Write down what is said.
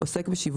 עוסק בשיווק,